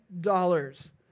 dollars